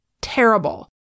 terrible